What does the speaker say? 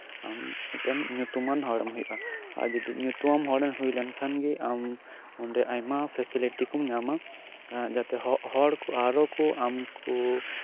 ᱟᱢ ᱢᱤᱫᱴᱮᱱ ᱧᱩᱛᱩᱢᱟᱱ ᱦᱚᱲᱮᱢ ᱦᱳᱭᱳᱜᱼᱟ ᱟᱨ ᱡᱚᱫᱤ ᱧᱩᱛᱩᱢᱟᱱ ᱦᱚᱲᱮᱢ ᱦᱳᱭ ᱞᱮᱱᱠᱷᱟᱱᱜᱮ ᱟᱢ ᱚᱸᱰᱮ ᱟᱭᱢᱟ ᱯᱷᱮᱥᱮᱞᱮᱴᱤ ᱠᱚᱢ ᱧᱟᱢᱟ ᱡᱟᱛᱮ ᱦᱚᱲ ᱟᱨᱦᱚᱸ ᱠᱚ ᱟᱢᱠᱚ